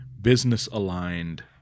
business-aligned